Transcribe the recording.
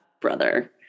brother